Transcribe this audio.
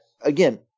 again